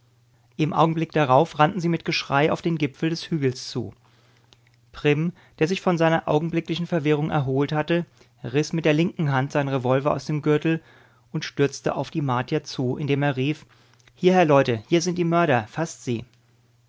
im augenblick darauf rannten sie mit geschrei auf den gipfel des hügels zu prim der sich von seiner augenblicklichen verwirrung erholt hatte riß mit der linken hand seinen revolver aus dem gürtel und stürzte auf die martier zu indem er rief hierher leute hier sind die mörder faßt sie